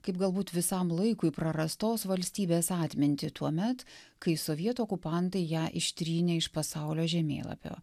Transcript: kaip galbūt visam laikui prarastos valstybės atmintį tuomet kai sovietų okupantai ją ištrynė iš pasaulio žemėlapio